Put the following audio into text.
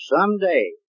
someday